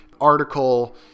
article